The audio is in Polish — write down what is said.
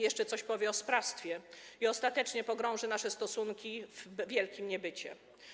Jeszcze coś powie o sprawstwie i ostatecznie pogrąży nasze stosunki w wielkim niebycie.